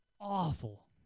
awful